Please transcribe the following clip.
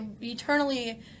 eternally